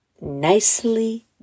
Nicely